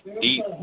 deep